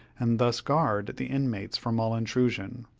and thus guard the inmates from all intrusion.